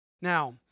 Now